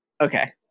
Okay